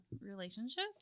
relationship